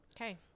Okay